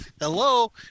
hello